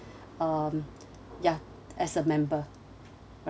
um ya as a member